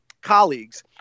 colleagues